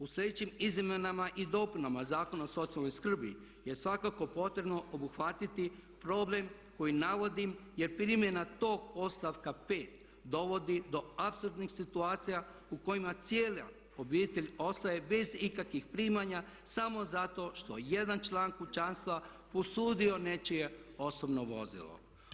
U sljedećim izmjenama i dopunama Zakona o socijalnoj skrbi je svakako potrebno obuhvatiti problem koji navodim jer primjena tog podstavka 5. dovodi do apsurdnih situacija u kojima cijela obitelj ostaje bez ikakvih primanja samo zato što jedan član kućanstva je posudio nečije osobno vozilo.